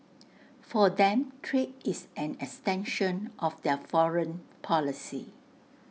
for them trade is an extension of their foreign policy